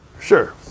sure